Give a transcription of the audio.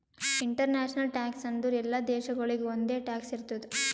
international tax ಅಂದುರ್ ಎಲ್ಲಾ ದೇಶಾಗೊಳಿಗ್ ಒಂದೆ ಟ್ಯಾಕ್ಸ್ ಇರ್ತುದ್